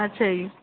ਅੱਛਾ ਜੀ